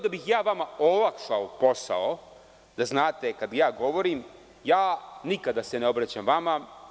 Da bih ja vama olakšao posao, da znate kada ja govorim, nikada se ne obraćam vama.